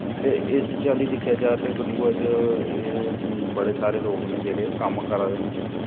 ते इस चाल्ली दिक्खेआ जा ते कठुआ च एह् बड़े सारे लोग न जेह्ड़े कम्म करा दे न